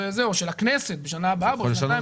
או של הכנסת בעוד שנה,